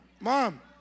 mom